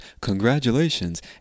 congratulations